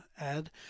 add